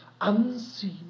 unseen